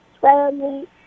family